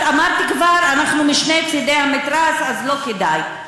אמרת כבר, אנחנו משני צדי המתרס, אז לא כדאי.